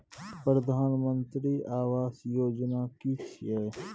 प्रधानमंत्री आवास योजना कि छिए?